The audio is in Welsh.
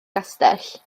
gastell